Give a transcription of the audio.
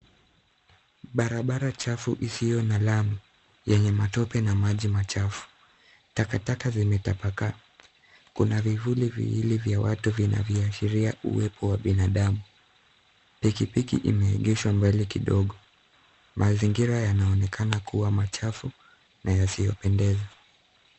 Barabara chafu isiyo na lami yenye matope na maji machafu. Takataka zimetapaka, kuna vivuli viwili vya watu vinavyoashiria uwepo wa binadamu. Pikipiki imeegeshwa mbali kidogo. Mazingira yanaonekana kuwa machafu na yasiyopendeza.